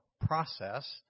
process